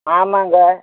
ஆமாம்ங்க